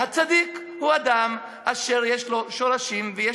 והצדיק הוא אדם אשר יש לו שורשים ויש